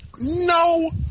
No